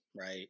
right